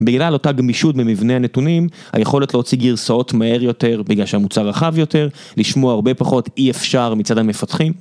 בגלל אותה גמישות במבנה הנתונים, היכולת להוציא גרסאות מהר יותר בגלל שהממוצע רחב יותר, לשמוע הרבה פחות אי אפשר מצד המפתחים.